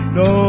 no